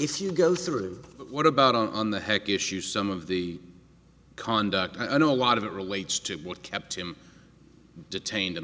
if you go through what about on the heck issue some of the conduct i know a lot of it relates to what kept him detained in